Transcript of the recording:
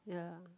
ya